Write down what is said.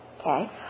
Okay